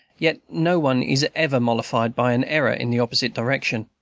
yet no one is ever mollified by an error in the opposite direction.